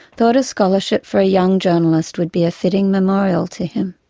thought a scholarship for a young journalist would be a fitting memorial to him.